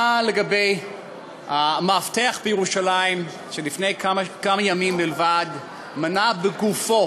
מה לגבי המאבטח בירושלים שלפני כמה ימים בלבד מנע בגופו